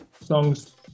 songs